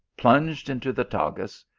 plunged into the tagus,